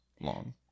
long